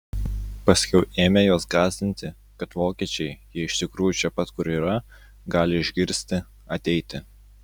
paskiau ėmė juos gąsdinti kad vokiečiai jei iš tikrųjų čia pat kur yra gali išgirsti ateiti